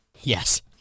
Yes